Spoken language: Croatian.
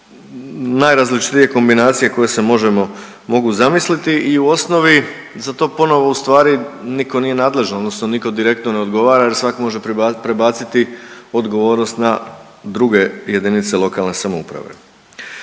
najrazličitije kombinacije koje se možemo, mogu zamisliti i u osnovi za to ponovo ustvari niko nije nadležan odnosno niko direktno ne odgovara jer svak može prebaciti odgovornost na druge JLS. Ovim zakonom